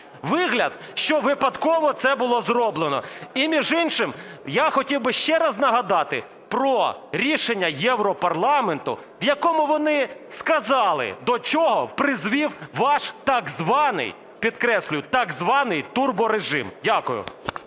вигляд, що випадково це було зроблено. І, між іншим, я хотів би ще раз нагадати про рішення Європарламенту, в якому вони сказали, до чого призвів ваш так званий, підкреслюю, так званий турборежим. Дякую.